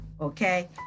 okay